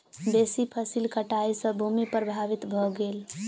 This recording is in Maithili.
बेसी फसील कटाई सॅ भूमि प्रभावित भ गेल